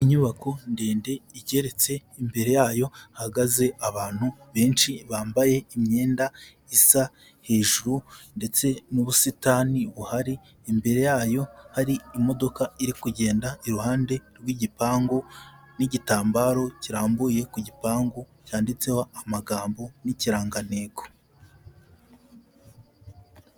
Inyubako ndende igeretse imbere yayo hahagaze abantu benshi bambaye imyenda isa hejuru ndetse n'ubusitani buhari imbere yayo hari imodoka iri kugenda iruhande rw'igipangu n'igitambaro kirambuye ku gipangu cyanditseho amagambo n'ikirangantego.